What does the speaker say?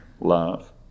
love